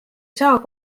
saa